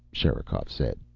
sherikov said.